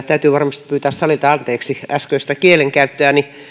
täytyy varmasti pyytää salilta anteeksi äsköistä kielenkäyttöäni